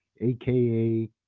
aka